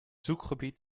zoekgebied